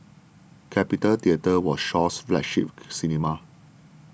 Capitol Theatre was Shaw's flagship cinema